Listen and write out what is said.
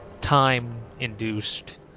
time-induced